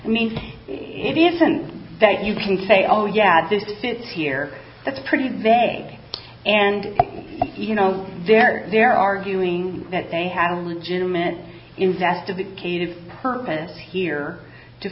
i mean it isn't that you can say oh yeah this is here that's pretty vague and you know they're they're arguing that they have a legitimate investigative purpose here to